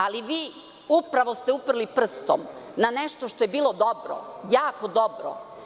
Ali, upravo ste uprli prstom na nešto što je bilo dobro, jako dobro.